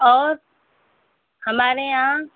और हमारे यहाँ